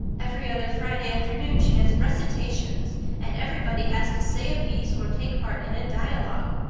every other friday afternoon she has recitations and everybody has to say a piece or take part in a dialogue.